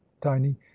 tiny